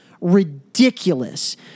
ridiculous